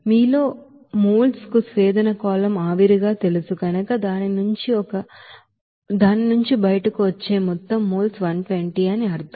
మీలోని మోల్స్ కు distillation column ఆవిరిగా తెలుసు కనుక దాని నుంచి బయటకు వచ్చే మొత్తం మోల్స్ 120 అని అర్థం